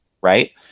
right